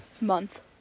month